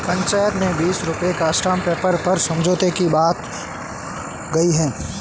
पंचायत में बीस रुपए का स्टांप पेपर पर समझौते की बात हुई है